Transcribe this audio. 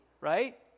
right